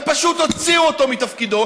פשוט הוציאו אותו מתפקידו,